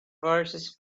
verses